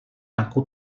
aku